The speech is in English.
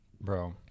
Bro